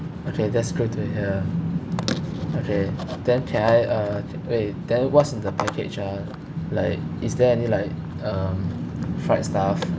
okay that's good to hear okay then can I uh wait then what's in the package ah like is there any like um fried stuff